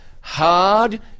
hard